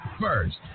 first